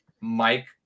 Mike